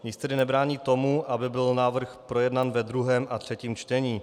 Nic tedy nebrání tomu, aby byl návrh projednán ve druhém a třetím čtení.